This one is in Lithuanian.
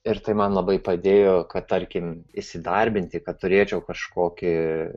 ir tai man labai padėjo kad tarkim įsidarbinti kad turėčiau kažkokį